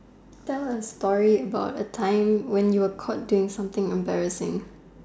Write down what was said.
tell a story about a time when you were caught doing something embarrassing